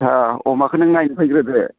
आह अमाखौ नों नायनो फैग्रोदो